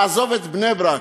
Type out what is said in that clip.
לעזוב את בני-ברק,